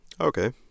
Okay